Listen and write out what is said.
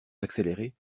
d’accélérer